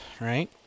Right